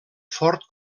fort